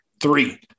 three